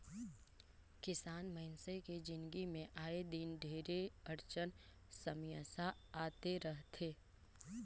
किसान मइनसे के जिनगी मे आए दिन ढेरे अड़चन समियसा आते रथे